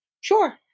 Sure